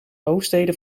hoofdsteden